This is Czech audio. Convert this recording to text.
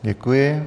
Děkuji.